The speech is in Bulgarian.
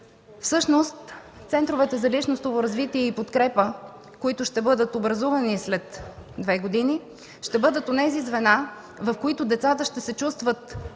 Всъщност центровете за личностното развитие и подкрепа, които ще бъдат образувани след две години, ще бъдат онези звена, в които децата ще се чувстват